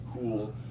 cool